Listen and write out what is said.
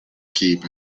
keep